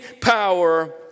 power